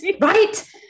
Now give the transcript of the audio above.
right